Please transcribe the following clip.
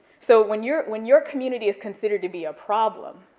so when your when your community is considered to be a problem,